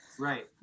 Right